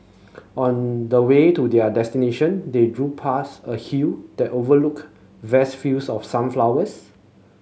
on the way to their destination they past a hill that overlooked vast fields of sunflowers